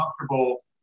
comfortable